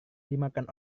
dimakan